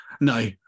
No